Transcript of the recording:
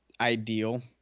ideal